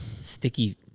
Sticky